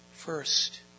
First